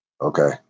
Okay